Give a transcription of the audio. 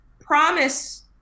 promise